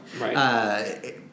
Right